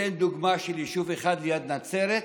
אתן דוגמה ליישוב אחד ליד נצרת,